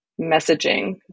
messaging